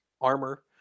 armor